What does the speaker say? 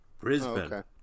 Brisbane